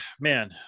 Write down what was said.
man